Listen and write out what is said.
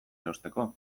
erosteko